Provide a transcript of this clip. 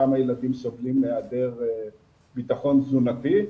כמה נתונים סובלים מהיעדר בטחון תזונתי,